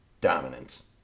dominance